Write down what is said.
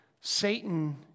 Satan